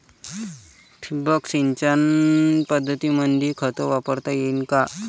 ठिबक सिंचन पद्धतीमंदी खत वापरता येईन का?